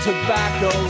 tobacco